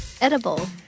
Edible